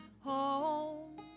home